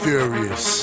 Furious